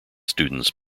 students